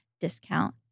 discount